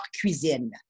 cuisine